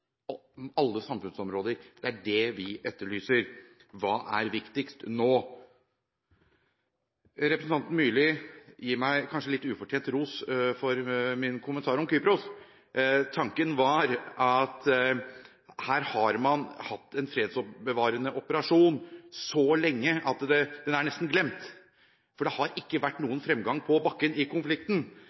alle samfunnsområder. Det vi etterlyser, er: Hva er viktigst nå? Representanten Sverre Myrli gir meg kanskje litt ufortjent ros for min kommentar om Kypros. Tanken var at her har man hatt en fredsbevarende operasjon så lenge at den nesten er glemt. Det har ikke vært noen fremgang på bakken i konflikten.